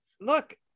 look